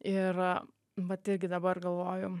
ir vat irgi dabar galvoju